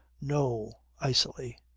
no, icily.